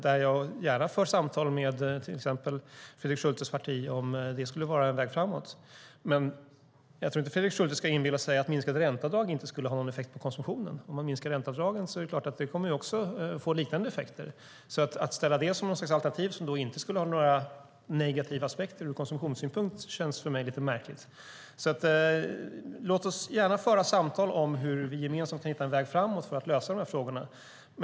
Jag för gärna samtal med till exempel Fredrik Schultes parti om det skulle vara en väg framåt. Men jag tror inte att Fredrik Schulte ska inbilla sig att minskade ränteavdrag inte skulle ha någon effekt på konsumtionen. Om man minskar ränteavdragen kommer det att få liknande effekter. Att ställa det som något slags alternativ som inte skulle ha några negativa aspekter ur konsumtionssynpunkt känns för mig lite märkligt. Låt oss gärna föra samtal om hur vi gemensamt kan hitta en väg framåt för att lösa frågorna.